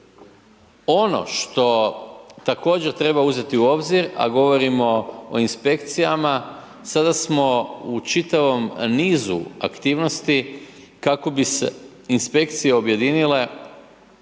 Ono što također treba uzeti u obzir, a govorimo o inspekcijama, sada smo u čitavom nizu aktivnosti kako bi se inspekcije objedinile